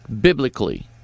biblically